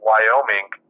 Wyoming